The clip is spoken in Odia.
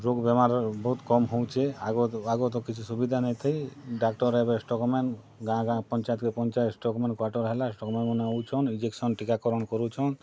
ରୋଗ୍ ବେମାର୍ ବହୁତ୍ କମ୍ ହଉଛେ ଆଗ ତ ଆଗ ତ କିଛି ସୁବିଧା ନାଇଁଥାଇ ଡାକ୍ତର୍ ଏବେ ଷ୍ଟକମେନ୍ ଗାଁ ଗାଁ ପଞ୍ଚାୟତକେ ପଞ୍ଚାୟତ ଷ୍ଟକମେନ୍ କ୍ବାଟର୍ ହେଲା ଷ୍ଟକମେନ୍ ମନେ ଆଉଛନ୍ ଇଞ୍ଜେକ୍ସନ୍ ଟିକାକରନ୍ କରୁଛନ୍